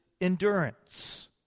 endurance